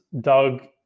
Doug